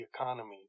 economy